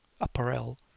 apparel